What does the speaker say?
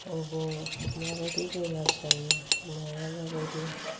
अबाव माबायदि बेमार जायो माया माबायदि